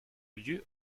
lieu